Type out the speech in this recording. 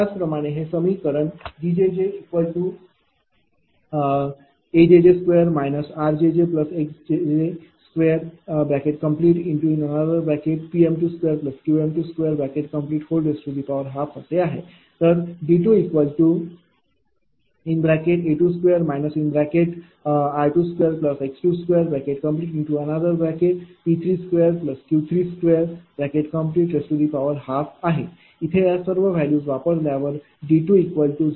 त्याचप्रमाणे हे समीकरण DjjA2jj r2jjx2P2m2Q2m212 असे आहे तर D2A22 r22x22P23Q2312 इथे या सर्व व्हॅल्यू वापरल्यावरD 0